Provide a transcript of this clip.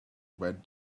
read